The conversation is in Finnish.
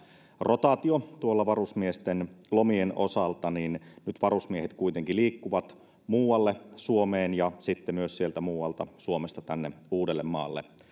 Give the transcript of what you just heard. rotaatio tuolla varusmiesten lomien osalta varusmiehet kuitenkin liikkuvat muualle suomeen ja sitten myös sieltä muualta suomesta tänne uudellemaalle